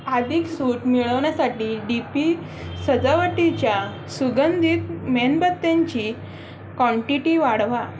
अधिक सूट मिळवण्यासाठी डी पी सजावटीच्या सुगंधित मेणबत्त्यांची कॉन्टीटी वाढवा